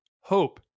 Hope